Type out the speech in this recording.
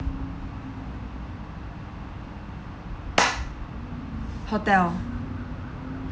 hotel